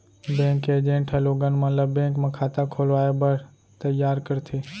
bank के agent ह लोगन मन ल बेंक म खाता खोलवाए बर तइयार करथे